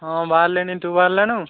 ହଁ ବାହାରିଲିଣି ତୁ ବାହାରିଲାଣୁ